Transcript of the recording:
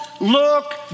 look